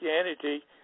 Christianity